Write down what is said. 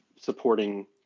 supporting